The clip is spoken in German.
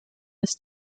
ist